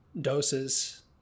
doses